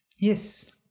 Yes